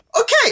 Okay